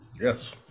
Yes